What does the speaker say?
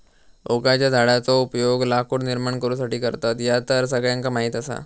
ओकाच्या झाडाचो उपयोग लाकूड निर्माण करुसाठी करतत, ह्या तर सगळ्यांका माहीत आसा